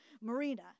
Marina